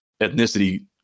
ethnicity